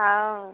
हँ